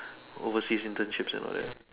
overseas internship and all that